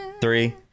three